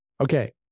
Okay